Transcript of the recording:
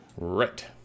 right